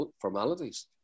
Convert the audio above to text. formalities